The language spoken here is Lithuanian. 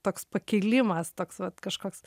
toks pakilimas toks vat kažkoks